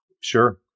Sure